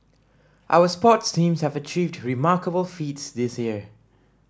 our sports teams have achieved remarkable feats this year